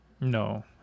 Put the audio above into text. no